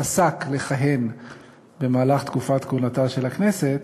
פסק לכהן במהלך תקופת כהונתה של הכנסת,